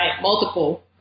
multiple